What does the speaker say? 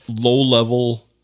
low-level